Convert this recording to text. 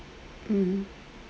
mm